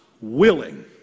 willing